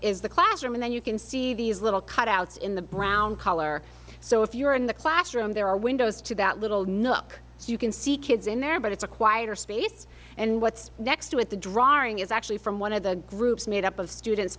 is the classroom and then you can see these little cutouts in the brown color so if you're in the classroom there are windows to that little nook so you can see kids in there but it's a quieter space and what's next to it the drawing is actually from one of the groups made up of students